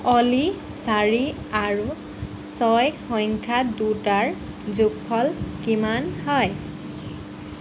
অ'লি চাৰি আৰু ছয় সংখ্যা দুটাৰ যোগফল কিমান হয়